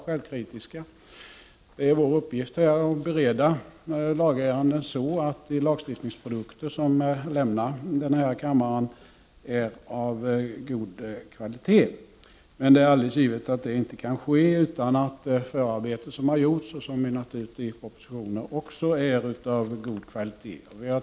Det är riksdagens uppgift att bereda lagärenden på ett sådant sätt att de lagstiftningsprodukter som lämnar denna kammare är av god kvalitet. Men det kan naturligtvis inte ske utan att förarbetena som mynnar ut i propositioner också är av god kvalitet.